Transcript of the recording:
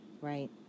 Right